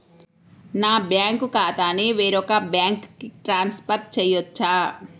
నా బ్యాంక్ ఖాతాని వేరొక బ్యాంక్కి ట్రాన్స్ఫర్ చేయొచ్చా?